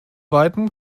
weitem